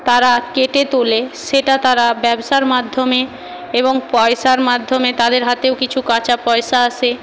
তারা কেটে তোলে সেটা তারা ব্যবসার মাধ্যমে এবং পয়সার মাধ্যমে তাদের হাতেও কিছু কাঁচা পয়সা আসে